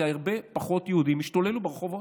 כי הרבה פחות יהודים השתוללו ברחובות.